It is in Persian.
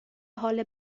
حال